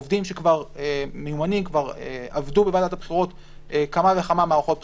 עובדים מיומנים שכבר עבדו בוועדת הבחירות כמה וכמה מערכות בחירות.